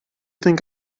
think